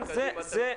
קדימה אתה בפקק.